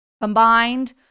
combined